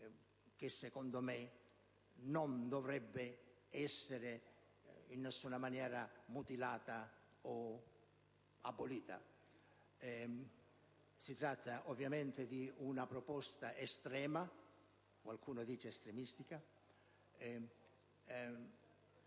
che secondo me non dovrebbe essere in alcuna maniera mutilata o abolita. Si tratta ovviamente di una proposta estrema - qualcuno dice estremistica